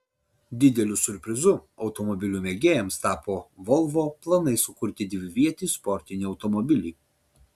dideliu siurprizu automobilių mėgėjams tapo volvo planai sukurti dvivietį sportinį automobilį